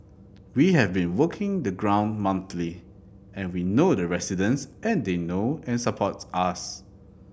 we have been walking the ground monthly and we know the residents and they know and support us